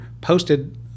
posted